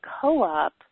co-op